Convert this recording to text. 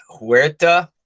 Huerta